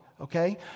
okay